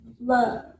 Love